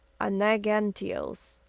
Anagantios